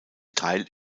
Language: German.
teil